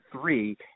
three